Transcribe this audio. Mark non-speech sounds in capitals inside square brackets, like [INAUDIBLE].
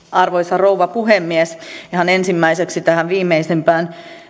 [UNINTELLIGIBLE] arvoisa rouva puhemies ihan ensimmäiseksi tähän viimeisimpään